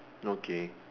okay